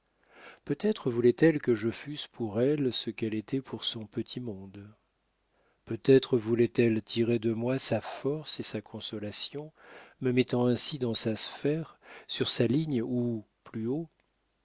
peut-être voulait-elle que je fusse pour elle ce qu'elle était pour son petit monde peut-être voulait-elle tirer de moi sa force et sa consolation me mettant ainsi dans sa sphère sur sa ligne ou plus haut